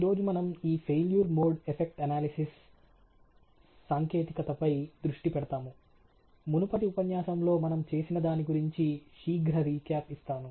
ఈ రోజు మనం ఈ failure mode effect analysis failure mode effect analysis సాంకేతికతపై దృష్టి పెడతాము మునుపటి ఉపన్యాసంలో మనం చేసిన దాని గురించి శీఘ్ర రీక్యాప్ ఇస్తాను